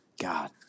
God